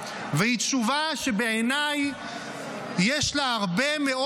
והיא תשובה שבעיניי יש לה הרבה מאוד